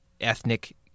ethnic